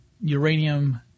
uranium